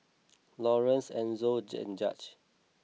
Laurence Enzo and Judge